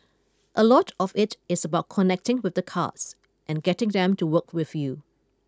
a lot of it is about connecting with the cards and getting them to work with you